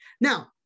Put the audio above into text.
Now